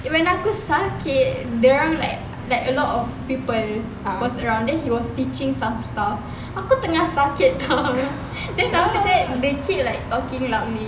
when aku sakit dorang like like a lot of people was around then he was stitching some stuff aku tengah sakit [tau] then after that they keep like talking loudly